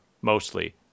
mostly